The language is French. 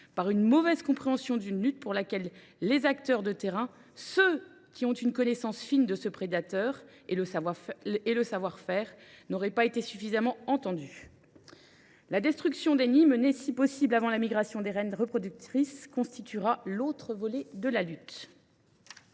par une mauvaise compréhension d’une lutte à laquelle les acteurs de terrain, ceux qui ont une connaissance fine de ce prédateur et le savoir faire, n’auraient pas été suffisamment associés. La destruction des nids, menée si possible avant la migration des reines reproductrices, constituera l’autre volet de la lutte.